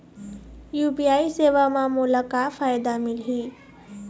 UPI सेवा म मोला का फायदा मिलही?